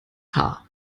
haar